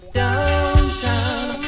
downtown